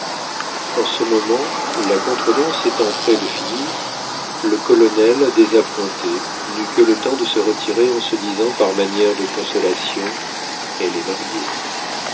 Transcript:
en ce moment la contredanse étant près de finir le colonel désappointé n'eut que le temps de se retirer en se disant par manière de consolation elle est mariée